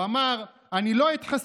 הוא אמר: אני לא אתחסן,